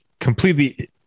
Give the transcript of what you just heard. completely